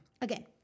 Again